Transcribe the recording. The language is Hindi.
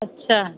अच्छा